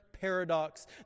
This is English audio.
paradox